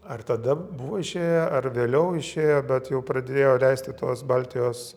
ar tada buvo išėję ar vėliau išėjo bet jau pradėjo leisti tuos baltijos